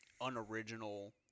unoriginal